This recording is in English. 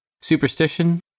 Superstition